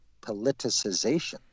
Politicization